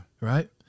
right